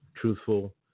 truthful